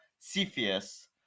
Cepheus